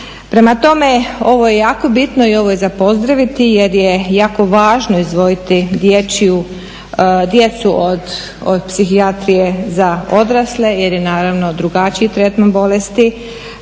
Prema tome, ovo je jako bitno i ovo je za pozdraviti jer je jako važno izdvojiti dječju, djecu od psihijatrije za odrasle jer je naravno drugačiji tretman bolesti,